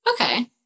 Okay